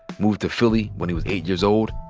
moved to philly when he was eight years old,